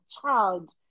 child